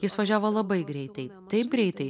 jis važiavo labai greitai taip greitai